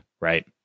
right